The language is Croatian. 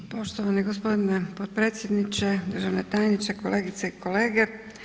Poštovani gospodine potpredsjedniče, državni tajniče, kolegice i kolege.